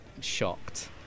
shocked